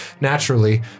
Naturally